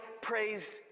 praised